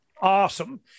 Awesome